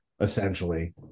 essentially